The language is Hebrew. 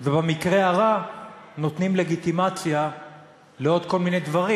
ובמקרה הרע נותנים לגיטימציה לעוד כל מיני דברים,